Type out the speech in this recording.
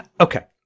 Okay